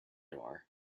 door